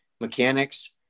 mechanics